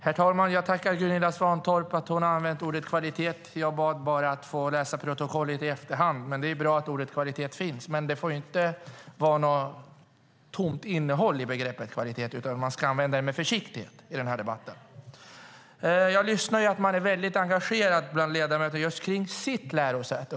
Herr talman! Jag tackar Gunilla Svantorp för att hon använt ordet kvalitet. Jag bad bara att få läsa protokollet i efterhand. Det är bra att ordet kvalitet finns med, men det får inte vara ett tomt innehåll i begreppet kvalitet utan man ska använda det med försiktighet i den här debatten. Jag hör att ledamöterna är väldigt engagerade i just sina lärosäten.